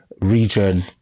region